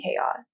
chaos